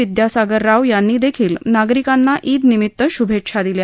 विद्यासागर राव यांनीदेखील नागरिकांना ईदनिमित्त शुभेच्छा दिल्या आहेत